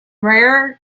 rare